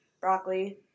broccoli